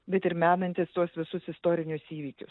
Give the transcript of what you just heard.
bet ir menantis tuos visus istorinius įvykius